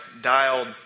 dialed